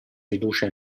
fiducia